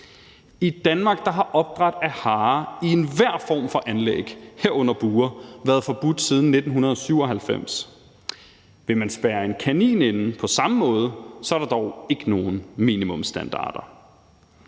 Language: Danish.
I Danmark har opdræt af harer i enhver form for anlæg, herunder bure, været forbudt siden 1997. Vil man spærre en kanin inde på samme måde, er der dog ikke nogen minimumsstandarder.